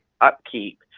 upkeep